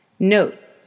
Note